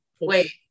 Wait